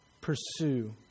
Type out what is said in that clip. pursue